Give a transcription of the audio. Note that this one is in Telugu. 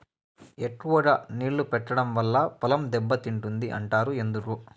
ఎక్కువగా నీళ్లు పెట్టడం వల్ల పొలం దెబ్బతింటుంది అంటారు ఎందుకు?